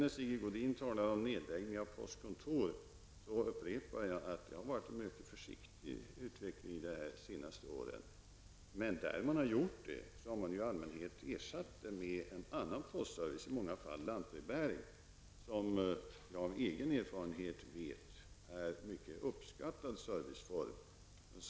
När Sigge Godin talar om nedläggningar av postkontor, vill jag upprepa att det har varit en mycket försiktig utveckling under de senaste åren. Men där en nedläggning har skett, har man i allmänhet ersatt postkontoret med en annan postservice, i många fall lantbrevbäring, som jag av egen erfarenhet vet är en mycket uppskattad serviceform.